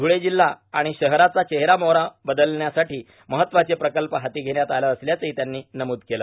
धुळे जिल्हा आाण शहराचा चेहरा मोहरा बदलण्यासाठी महत्वाचे प्रकल्प हाती घेण्यात आले असल्याचेही त्यांनी नमूद केले